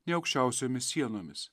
nei aukščiausiomis sienomis